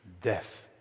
death